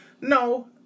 no